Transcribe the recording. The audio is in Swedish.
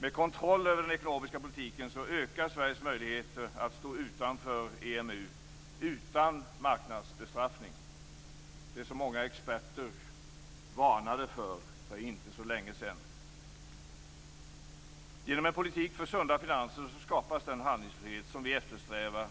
Med kontroll över den ekonomiska politiken ökar Sveriges möjligheter att stå utanför EMU utan marknadsbestraffning - det som många experter för inte så länge sedan varnade för. Genom en politik för sunda finanser skapas den handlingsfrihet som vi eftersträvar